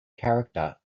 character